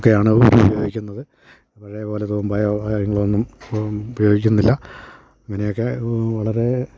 ഒക്കെയാണ് ഉപയോഗിക്കുന്നത് പഴയ പോലെ തൂമ്പായോ കാര്യങ്ങൾ ഒന്നും ഉപയോഗിക്കുന്നില്ല ഇങ്ങനെ ഒക്കെ വളരെ